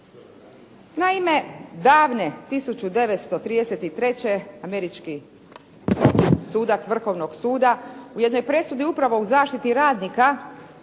Naime, davne 1933. američki sudac Vrhovnog suda u jednoj presudi upravo u zaštiti radnika